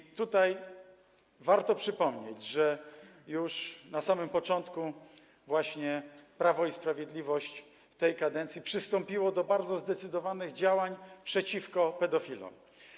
I tutaj warto przypomnieć, że już na samym początku Prawo i Sprawiedliwość w tej kadencji przystąpiło do bardzo zdecydowanych działań przeciwko pedofilom.